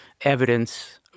evidence